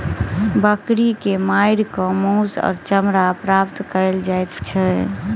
बकरी के मारि क मौस आ चमड़ा प्राप्त कयल जाइत छै